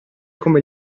come